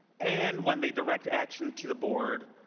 and when they direct action to the board,